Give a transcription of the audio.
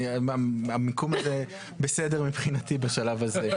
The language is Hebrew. המיקום הזה בסדר מבחינתי בשלב הזה.